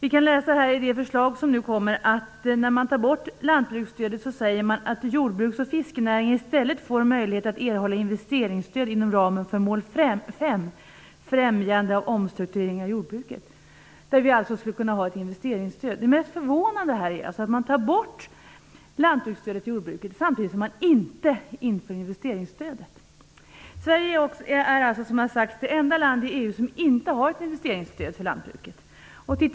I förslaget sägs att jordbruks och fiskenäringarna nu, när landsbygdsstödet tas bort, i stället får möjlighet att erhålla investeringsstöd inom ramen för mål 5a Främjande av omstrukturering av jordbruket. De skulle alltså kunna få investeringsstöd. Det mest förvånande är att man tar bort landsbygdsstödet till jordbruket och inte samtidigt inför något investeringsstöd. Sverige är, som har sagts, det enda land i EU som inte har ett investeringsstöd för lantbruket.